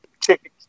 Chicken